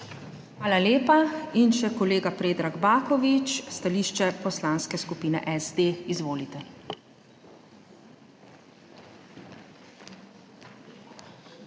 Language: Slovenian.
Hvala lepa. In še kolega Predrag Baković, stališče Poslanske skupine SD. Izvolite.